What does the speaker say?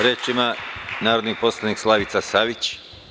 Reč ima narodna poslanica Slavica Savić.